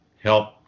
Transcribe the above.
help